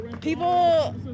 People